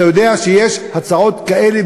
אתה יודע שיש הצעות כאלה,